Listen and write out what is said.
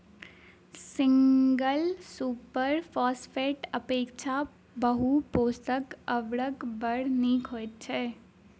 single super फौसफेटक अपेक्षा बहु पोषक उर्वरक बड़ नीक होइत छै